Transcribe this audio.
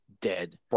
dead